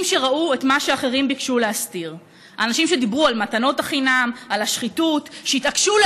את הדברים האלה אמר לפני יותר מאלפיים שנה הנביא ישעיהו בכבודו